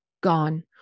gone